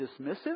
dismissive